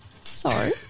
Sorry